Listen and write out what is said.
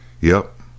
Yep